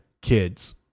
kids